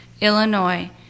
Illinois